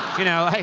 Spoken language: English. you know, like,